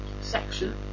section